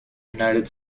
united